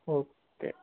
okay